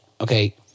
okay